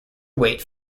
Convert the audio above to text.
weight